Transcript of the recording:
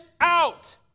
out